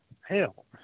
hell